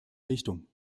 richtung